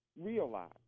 realize